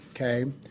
okay